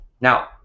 Now